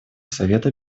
совета